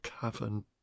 cavern